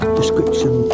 description